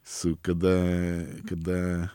su kada kada